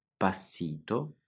passito